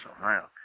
Ohio